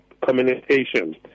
communication